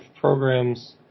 programs